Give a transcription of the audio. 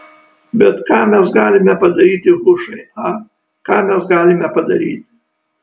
bet ką mes galime padaryti hušai a ką mes galime padaryti